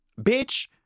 Bitch